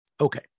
Okay